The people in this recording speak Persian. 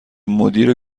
مدیر